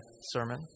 sermon